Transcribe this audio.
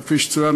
כפי שצוין,